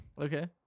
Okay